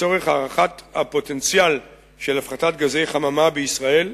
לצורך הערכת הפוטנציאל של הפחתת גזי חממה בישראל.